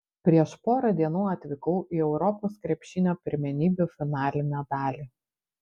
prieš porą dienų atvykau į europos krepšinio pirmenybių finalinę dalį